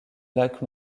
lac